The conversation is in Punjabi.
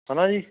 ਹੈ ਨਾ ਜੀ